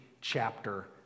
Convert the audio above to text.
chapter